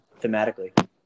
thematically